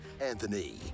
Anthony